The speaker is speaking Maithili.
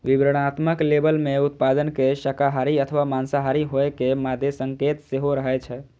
विवरणात्मक लेबल मे उत्पाद के शाकाहारी अथवा मांसाहारी होइ के मादे संकेत सेहो रहै छै